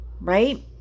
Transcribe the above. right